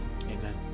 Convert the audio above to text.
Amen